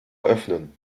öffnen